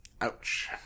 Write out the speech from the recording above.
Ouch